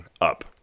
up